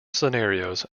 scenarios